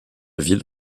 ville